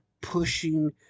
pushing